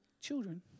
children